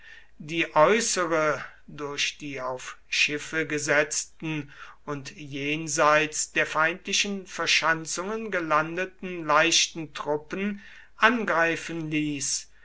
die äußere durch die auf schiffe gesetzten und jenseits der feindlichen verschanzungen gelandeten leichten truppen angreifen ließ